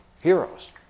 heroes